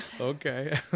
Okay